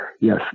yes